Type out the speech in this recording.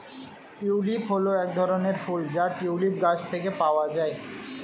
tulip হল এক ধরনের ফুল যা টিউলিপ গাছ থেকে পাওয়া যায়